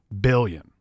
billion